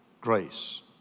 grace